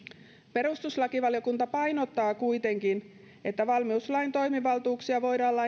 perustuslakivaliokunta painottaa kuitenkin että valmiuslain toimivaltuuksia voidaan lain neljännen pykälän mukaan käyttää